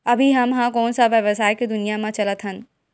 अभी हम ह कोन सा व्यवसाय के दुनिया म चलत हन?